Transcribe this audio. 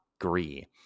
agree